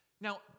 Now